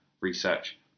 research